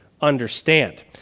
understand